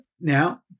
Now